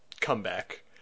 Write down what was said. comeback